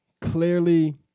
clearly